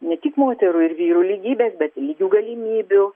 ne tik moterų ir vyrų lygybės bet lygių galimybių